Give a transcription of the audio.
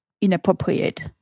inappropriate